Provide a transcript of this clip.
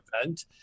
event